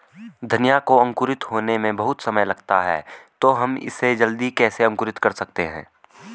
धनिया को अंकुरित होने में बहुत समय लगता है तो हम इसे जल्दी कैसे अंकुरित कर सकते हैं?